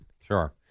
Sure